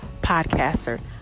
podcaster